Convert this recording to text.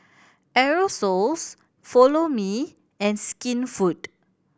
Aerosoles Follow Me and Skinfood